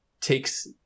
takes